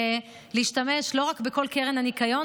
זה להשתמש לא רק בכל קרן הניקיון,